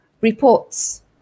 reports